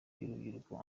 y’urubyiruko